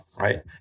right